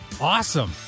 awesome